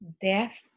death